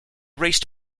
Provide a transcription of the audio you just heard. raced